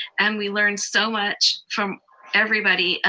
and we learned so much from everybody, and